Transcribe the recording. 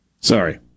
Sorry